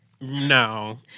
no